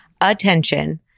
Attention